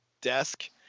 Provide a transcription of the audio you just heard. desk